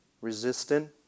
Resistant